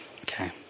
Okay